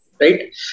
right